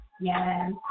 Yes